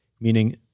meaning